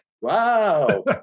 Wow